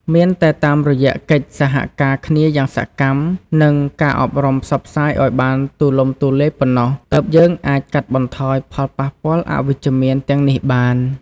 មានតែតាមរយៈកិច្ចសហការគ្នាយ៉ាងសកម្ម និងការអប់រំផ្សព្វផ្សាយឲ្យបានទូលំទូលាយប៉ុណ្ណោះ ទើបយើងអាចកាត់បន្ថយផលប៉ះពាល់អវិជ្ជមានទាំងនេះបាន។